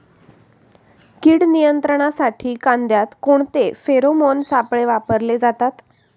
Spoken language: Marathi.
कीड नियंत्रणासाठी कांद्यात कोणते फेरोमोन सापळे वापरले जातात?